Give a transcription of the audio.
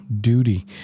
duty